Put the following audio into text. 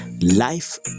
life